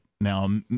now